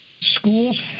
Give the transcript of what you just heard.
schools